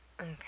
Okay